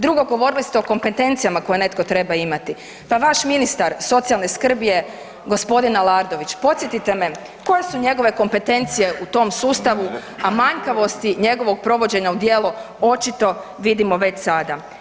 Drugo, govorili ste o kompetencijama koje netko treba imati, pa vaš ministar socijalne skrbi je g. Aladrović, podsjetite me koje su njegove kompetencije u tom sustavu, a manjkavosti njegovog provođenja u djelo očito vidimo već sada.